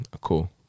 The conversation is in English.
cool